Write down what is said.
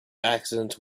accidents